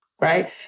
right